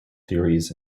theories